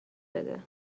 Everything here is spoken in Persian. بده